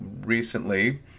recently